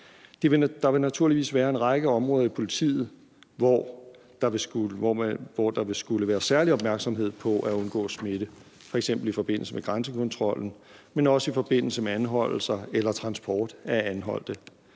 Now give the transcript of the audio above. Der vil naturligvis være en række områder i politiet, hvor der vil skulle være særlig opmærksomhed på at undgå smitte, f.eks. i forbindelse med grænsekontrollen, men også i forbindelse med anholdelser eller transport af anholdte.